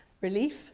Relief